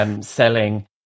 selling